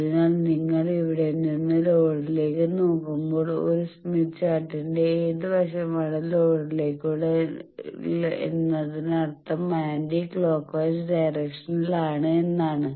അതിനാൽ നിങ്ങൾ ഇവിടെ നിന്ന് ലോഡിലേക്ക് നോക്കുമ്പോൾ ഒരു സ്മിത്ത് ചാർട്ടിലെ ഏത് വശമാണ് ലോഡിലേക്കുള്ളത് എന്നതിനർത്ഥം ആന്റി ക്ലോക്ക് വൈസ് ഡയറക്ഷനിൽ ആണ് എന്നാണ്